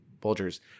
Bulger's